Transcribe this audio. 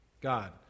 God